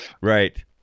Right